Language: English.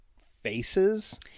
faces